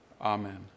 Amen